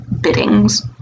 biddings